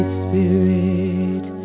spirit